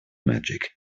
magic